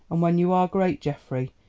and when you are great, geoffrey,